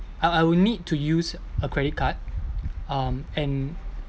I I will need to use a credit card um and